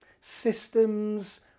systems